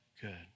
good